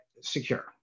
secure